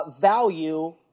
value